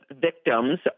victims